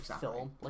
film